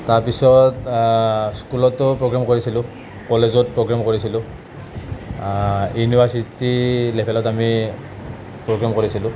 তাৰপিছত স্কুলতো প্ৰ'গ্ৰেম কৰিছিলোঁ কলেজত প্ৰ'গ্ৰেম কৰিছিলোঁ ইউনিৰ্ভাছিটিৰ লেভেলত আমি প্ৰ'গ্ৰেম কৰিছিলোঁ